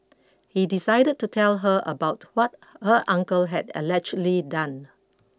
he decided to tell her about what her uncle had allegedly done